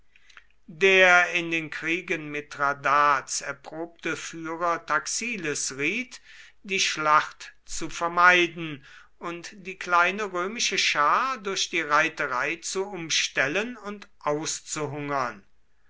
der in den kriegen mithradats erprobte führer taxiles riet die schlacht zu vermeiden und die kleine römische schar durch die reiterei zu umstellen und